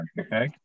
Okay